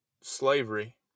slavery